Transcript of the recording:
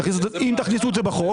אם תכניסו את זה בחוק,